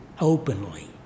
openly